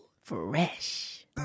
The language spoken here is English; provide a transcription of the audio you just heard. fresh